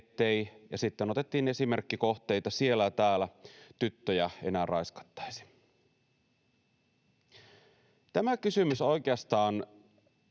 ja sitten otettiin esimerkkikohteita siellä ja täällä — tyttöjä enää raiskattaisi? Tämä kysymys oikeastaan